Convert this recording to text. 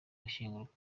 gushyingurwa